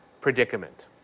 predicament